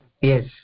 Yes